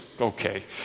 Okay